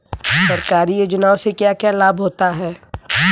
सरकारी योजनाओं से क्या क्या लाभ होता है?